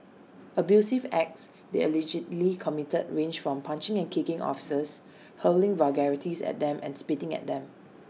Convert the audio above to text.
abusive acts they allegedly committed range from punching and kicking officers hurling vulgarities at them and spitting at them